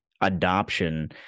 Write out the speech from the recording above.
adoption